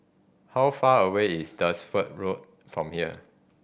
how far away is Dunsfold Road from here